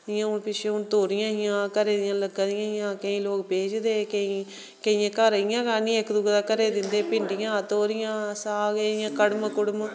जियां हुन पिच्छूं तोड़ियां हियां घरा दियां लग्गा दियां हियां केईं लोग बेचदे केईं केइएं घर इयां लाई दियां एक्क दुएं दे घर दिंदे भिंडियां तोरियां साग इयां कड़म कुड़म